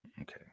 Okay